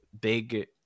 big